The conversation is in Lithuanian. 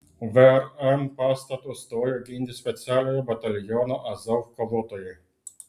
vrm pastato stojo ginti specialiojo bataliono azov kovotojai